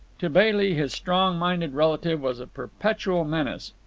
to bailey, his strong-minded relative was a perpetual menace,